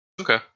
Okay